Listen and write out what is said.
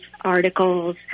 articles